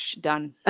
done